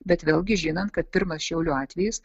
bet vėlgi žinant kad pirmas šiaulių atvejis